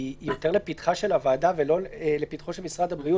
היא יותר לפתחה של הוועדה ולא לפתחו של משרד הבריאות